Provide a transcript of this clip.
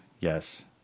yes